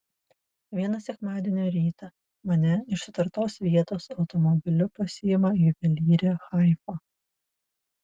vieną sekmadienio rytą mane iš sutartos vietos automobiliu pasiima juvelyrė haifa